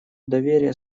доверие